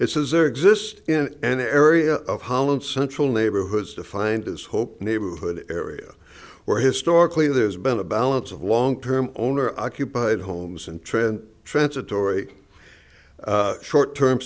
or exist in an area of holland central neighborhoods defined as hope neighborhood area where historically there's been a balance of long term owner occupied homes and trent transitory short term